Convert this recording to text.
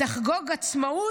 תחגוג עצמאות,